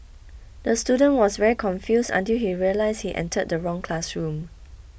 the student was very confused until he realised he entered the wrong classroom